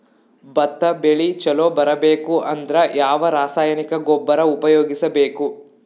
ಭತ್ತ ಬೆಳಿ ಚಲೋ ಬರಬೇಕು ಅಂದ್ರ ಯಾವ ರಾಸಾಯನಿಕ ಗೊಬ್ಬರ ಉಪಯೋಗಿಸ ಬೇಕು?